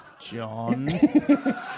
John